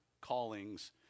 callings